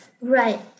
right